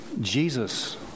Jesus